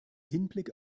hinblick